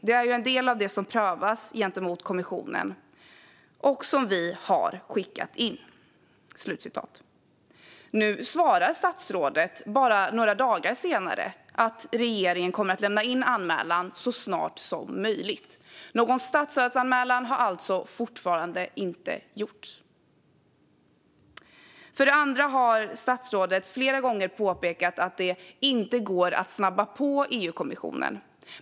Det är ju en del av det som prövas nu gentemot kommissionen och som vi har skickat in." Nu, bara några dagar senare, svarar statsrådet att regeringen kommer att lämna in anmälan så snart som möjligt. Någon statsstödsanmälan har alltså fortfarande inte gjorts. För det andra har statsrådet flera gånger påpekat att det inte går att snabba på EU-kommissionen.